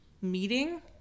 meeting